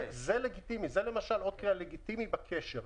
זה אות קריאה לגיטימי בקשר.